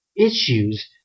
issues